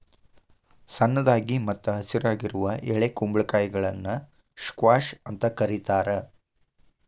ಸಣ್ಣದಾಗಿ ಮತ್ತ ಹಸಿರಾಗಿರುವ ಎಳೆ ಕುಂಬಳಕಾಯಿಗಳನ್ನ ಸ್ಕ್ವಾಷ್ ಅಂತ ಕರೇತಾರ